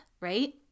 Right